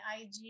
IG